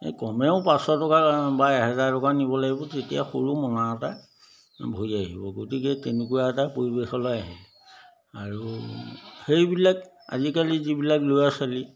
এই কমেও পাঁচশ টকা বা এহেজাৰ টকা নিব লাগিব তেতিয়া সৰু মোনা এটা ভৰি আহিব গতিকে তেনেকুৱা এটা পৰিৱেশলৈ আহিল আৰু সেইবিলাক আজিকালি যিবিলাক ল'ৰা ছোৱালী